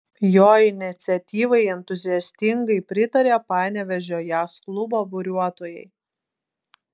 jo iniciatyvai entuziastingai pritarė panevėžio jachtklubo buriuotojai